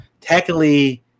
Technically